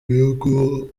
bihugu